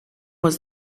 was